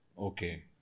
Okay